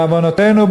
בעוונותינו,